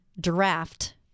draft